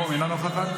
אינו נוכח,